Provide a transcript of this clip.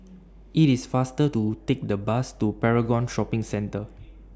IT IS faster to Take The Bus to Paragon Shopping Centre